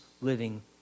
living